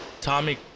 Tommy